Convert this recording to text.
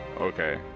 Okay